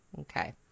Okay